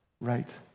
right